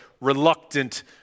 reluctant